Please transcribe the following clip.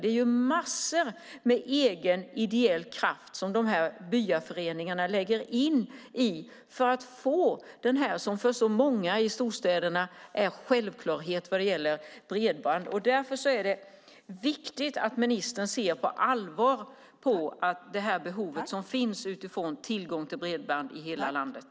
Det är massor med egen ideell kraft som dessa byaföreningar lägger på att få det som för många i storstäderna är en självklarhet när det gäller bredband. Därför är det viktigt att ministern ser på allvar på det behov som finns i fråga om tillgång till bredband i hela landet.